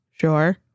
sure